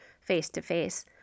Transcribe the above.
face-to-face